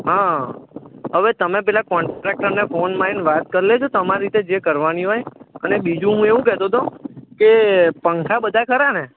હા હવે તમે પેલા કોન્ટ્રાકટરને ફોન મારીને વાત કરી લેજો તમારી રીતે જે કરવાની હોય અને બીજું હું એવું કહેતો તો કે પંખા બધા ખરાને